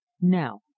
Now